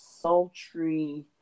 sultry